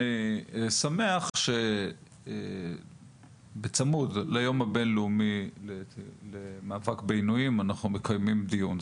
אני שמח שבצמוד ליום הבין-לאומי למאבק בעינויים אנחנו מקיימים דיון.